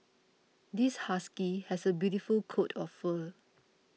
this husky has a beautiful coat of fur